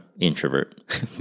introvert